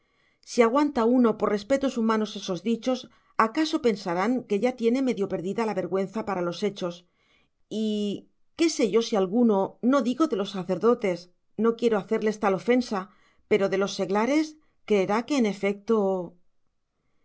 si aguanta uno por respetos humanos esos dichos acaso pensarán que ya tiene medio perdida la vergüenza para los hechos y qué sé yo si alguno no digo de los sacerdotes no quiero hacerles tal ofensa pero de los seglares creerá que en efecto